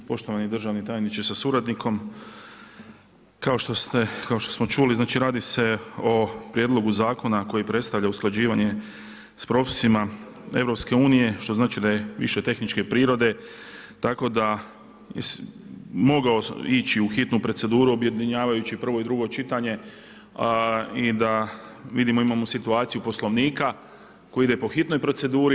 Poštovani državni tajniče sa suradnikom, kao što smo čuli, znači radi se o prijedlogu zakona, koji predstavlja usklađivanja sa propisima EU, što znači, da je više tehničke prirode, tako da bi mogao ići u hitnu proceduru objedinjavajući prvo i drugo čitanje i da vidimo, imamo situaciju Poslovnika, koji ide po proceduri.